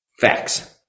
facts